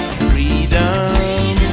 freedom